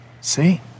See